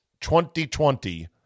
2020